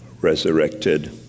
resurrected